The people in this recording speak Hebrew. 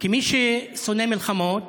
כמי ששונא מלחמות,